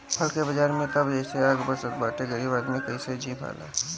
फल के बाजार में त जइसे आग बरसत बाटे गरीब आदमी कइसे जी भला